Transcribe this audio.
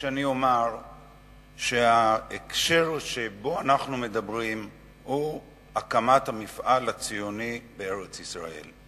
כשאני אומר שההקשר שבו אנחנו מדברים הוא הקמת המפעל הציוני בארץ-ישראל.